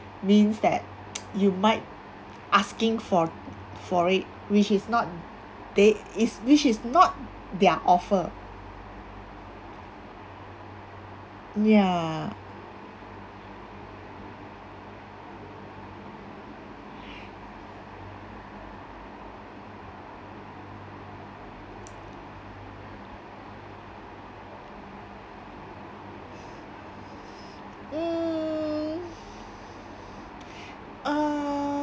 means that you might asking for for it which is not they is which is not their offer ya mm err